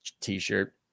t-shirt